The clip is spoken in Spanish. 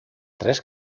tres